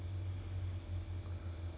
oh